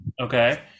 Okay